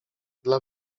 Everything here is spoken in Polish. dla